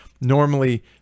normally